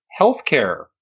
healthcare